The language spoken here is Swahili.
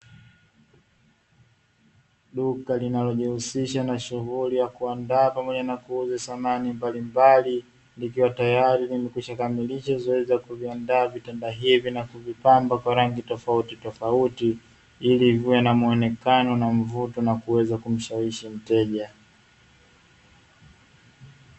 Duka linalojihusisha na shughuli ya kuandaa pamoja na kuuza samani mbalimbali, likiwa tayari limesha kamilisha zoezi la kuviandaa vitanda hivi na kuvipamba kwa rangi tofauti, ili viwe na muonekano na mvuto kuweza kumshawishi mteja.